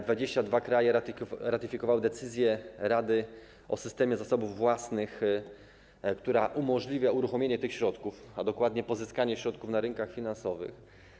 22 kraje ratyfikowały decyzję Rady o systemie zasobów własnych, która umożliwia uruchomienie tych środków, a dokładniej pozyskanie środków na rynkach finansowych.